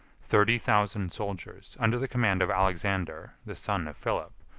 thirty thousand soldiers, under the command of alexander, the son of philip,